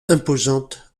imposante